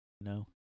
no